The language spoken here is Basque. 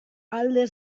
alde